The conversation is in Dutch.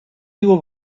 nieuwe